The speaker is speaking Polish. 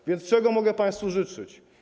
A więc czego mogę państwu życzyć?